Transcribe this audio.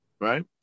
right